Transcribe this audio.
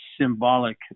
symbolic